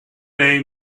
they